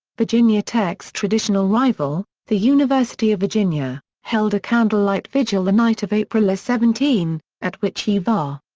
virginia tech's traditional rival, the university of virginia, held a candlelight vigil the night of april seventeen, at which u va.